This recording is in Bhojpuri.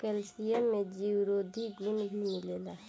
कैल्सियम में जीवरोधी गुण भी मिलेला